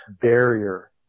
barrier